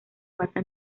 basa